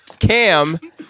Cam